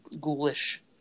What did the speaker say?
ghoulish